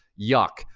yuk.